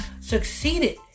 succeeded